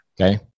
Okay